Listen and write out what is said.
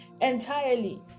entirely